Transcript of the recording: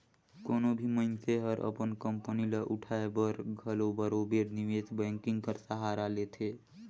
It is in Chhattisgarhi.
कोनो भी मइनसे हर अपन कंपनी ल उठाए बर घलो बरोबेर निवेस बैंकिंग कर सहारा लेथे